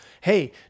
Hey